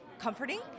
comforting